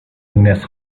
مونس